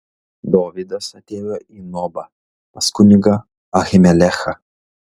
dovydas atėjo į nobą pas kunigą ahimelechą